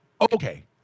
okay